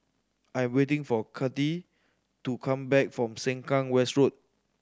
I am waiting for Kathi to come back from Sengkang West Road